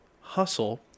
hustle